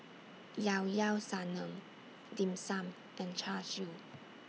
Llao Llao Sanum Dim Sum and Char Siu